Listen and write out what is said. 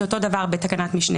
זה אותו דבר בתקנת משנה